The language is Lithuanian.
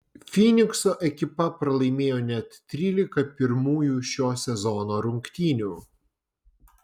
fynikso ekipa pralaimėjo net trylika pirmųjų šio sezono rungtynių